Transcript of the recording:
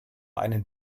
einen